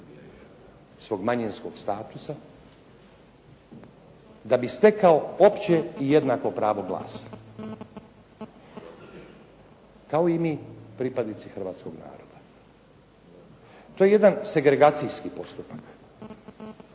svog manjinskog statusa da bi stekao opće i jednako pravo glasa, kao i mi pripadnici hrvatskoga naroda. To je jedan segregacijski postupak